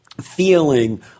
Feeling